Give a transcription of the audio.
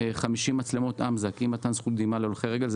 50 מצלמות אמז"ק אי-מתן זכות קדימה להולכי רגל.